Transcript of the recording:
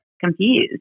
confused